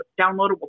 downloadable